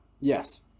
yes